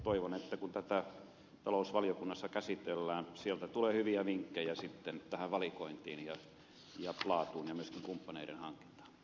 toivon että kun tätä talousvaliokunnassa käsitellään sieltä tulee hyviä vinkkejä sitten tähän valikointiin ja laatuun ja myöskin kumppaneiden aa